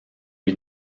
lui